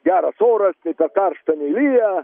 geras oras nei per karšta nei lyja